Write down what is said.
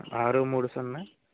ఆరు మూడు సున్నా